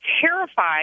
terrified